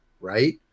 right